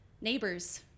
Neighbors